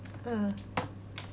ah